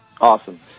Awesome